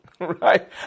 right